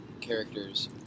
characters